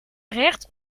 recht